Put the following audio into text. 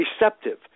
receptive